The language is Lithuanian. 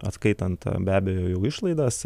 atskaitant be abejo jau išlaidas